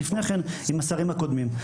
עם השרים הקודמים.